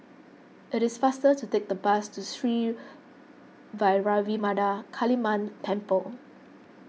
it is faster to take the bus to Sri Vairavimada Kaliamman Temple